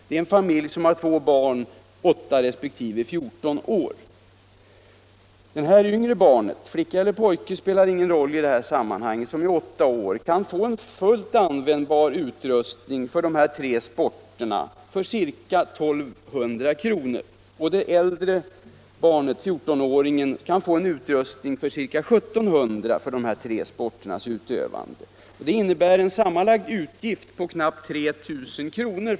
Det yngre barnet — om det är en flicka eller en pojke spelar ingen roll i detta sammanhang — kan få en fullt användbar utrustning till dessa tre sporter för ca 1200 kr., och det äldre barnet, fjortonåringen, kan få en utrustning för ca 1 700 kr. till samma sporters utövande. Det innebär en sammanlagd utgift på knappt 3 000 kr.